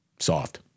Soft